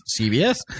CBS